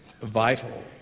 vital